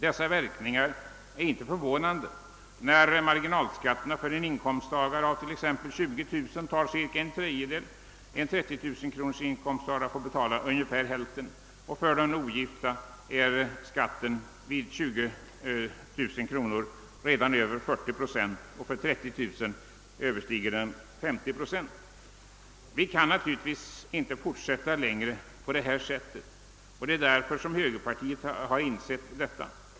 Dessa verkningar är inte förvånande, när marginalskatterna för en inkomsttagare med 20000 kronor i inkomst uppgår till cirka en tredjedel och för en inkomsttagare med 30000 kronor i inkomst till ungefär hälften av inkomsten. För ensamstående är skatten på 20 000 kronor över 40 procent och på 30 000 kronor överstiger den 50 procent. Vi kan naturligtvis inte fortsätta iängre på detta sätt. Högerpartiet har insett detta.